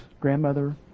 grandmother